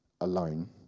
alone